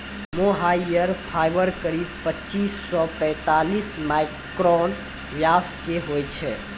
मोहायिर fibre करीब पच्चीस सॅ पैतालिस माइक्रोन व्यास के होय छै